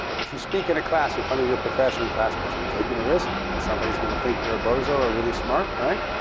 if you speak in a class in front of your professor and classmates, are you taking a risk that somebody is going to think you're a bozo or really smart? right.